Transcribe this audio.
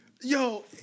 yo